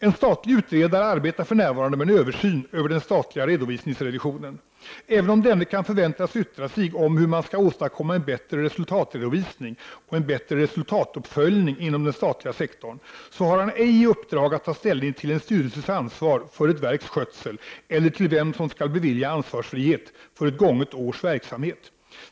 En statlig utredare arbetar för närvarande med en översyn av den statliga redovisningsrevisionen. Även om denne kan förväntas yttra sig om hur man skall åstadkomma en bättre resultatredovisning och en bättre resultatuppföljning inom den statliga sektorn, så har han ej i uppdrag att ta ställning till en styrelses ansvar för ett verks skötsel eller till vem som skall bevilja ansvarsfrihet för ett gånget års verksamhet.